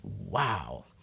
Wow